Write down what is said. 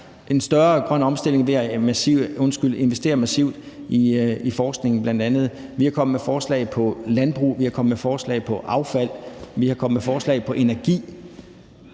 en større grøn omstilling og for at investere massivt i forskningen; vi er kommet med forslag på landbrugsområdet; vi